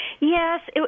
Yes